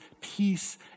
peace